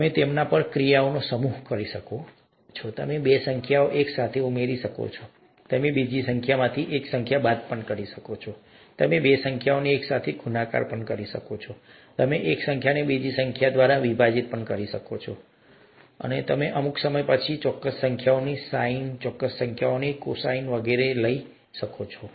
તમે તેમના પર ક્રિયાઓનો સમૂહ કરી શકો છો તમે બે સંખ્યાઓ એકસાથે ઉમેરી શકો છો તમે બીજી સંખ્યામાંથી એક સંખ્યા બાદ કરી શકો છો તમે બે સંખ્યાઓનો એકસાથે ગુણાકાર કરી શકો છો તમે એક સંખ્યાને બીજી સંખ્યા દ્વારા વિભાજિત કરી શકો છો તમે કરી શકો છો જો અમુક સમય પછી તમે ચોક્કસ સંખ્યાઓની સાઈન ચોક્કસ સંખ્યાઓની કોસાઈન વગેરે લઈ શકો છો